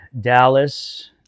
Dallas